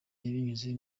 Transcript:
binyuze